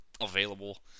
available